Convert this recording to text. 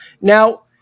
Now